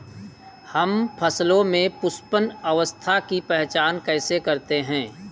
हम फसलों में पुष्पन अवस्था की पहचान कैसे करते हैं?